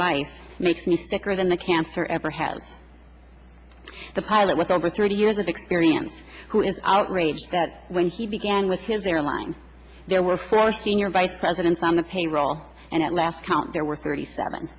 life makes me sicker than the cancer ever had the pilot with over thirty years of experience who is outraged that when he began with his airline there were four senior vice presidents on the payroll and at last count there were thirty seven